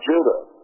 Judah